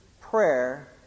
prayer